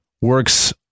works